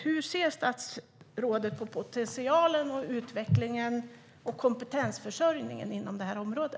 Hur ser statsrådet på potentialen, utvecklingen och kompetensförsörjningen inom detta område?